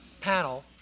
panel